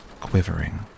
quivering